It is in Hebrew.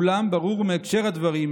אולם ברור מהקשר הדברים,